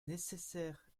nécessaire